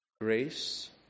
Grace